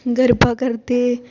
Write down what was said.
गरबा करदे